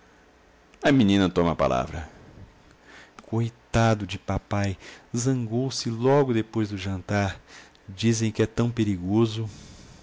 a menina toma a palavra coitado de papai zangou-se logo depois do jantar dizem que é tão perigoso